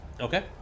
Okay